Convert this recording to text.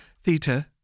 Theta